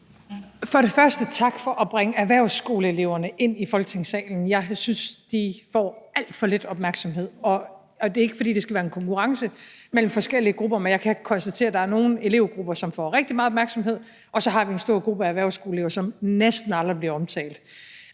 Frederiksen): Tak for at bringe erhvervsskoleeleverne ind i Folketingssalen – jeg synes, de får alt for lidt opmærksomhed. Det er ikke, fordi det skal være en konkurrence mellem forskellige grupper, men jeg kan konstatere, at der er nogle elevgrupper, som får rigtig meget opmærksomhed, og så har vi en stor gruppe erhvervsskoleelever, som næsten aldrig bliver omtalt.